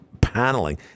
paneling